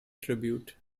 tribute